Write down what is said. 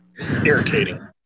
irritating